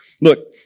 Look